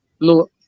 No